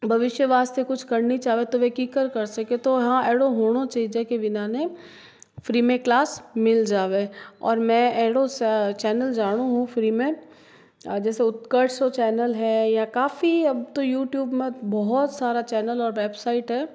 भविष्य वास्ते कुछ कर्णी चावे तो वे की कर कर सकें तो हाँ एडो होनो चे चे के विना ने फ्री में क्लास मिल जावे और मैं एडो चैनल जाणु हूँ फ्री में जैसे उत्कर्ष चैनल है या काफी अब तो यूट्यूब में बोहोत सारा चैनल और वेबसाइट है